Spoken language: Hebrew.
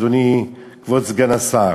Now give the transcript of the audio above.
אדוני, כבוד סגן השר,